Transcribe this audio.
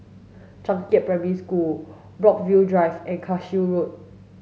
Changkat Primary School Brookvale Drive and Cashew Road